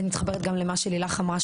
אני מתחברת גם למה שלילך אמרה,